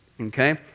Okay